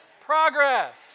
progress